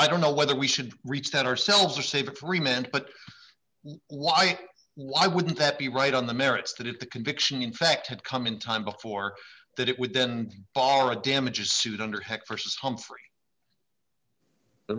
i don't know whether we should reach that ourselves or save three men but light why wouldn't that be right on the merits that if the conviction in fact had come in time before that it would then are a damages suit under heck for says humphrey the